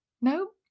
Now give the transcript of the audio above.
nope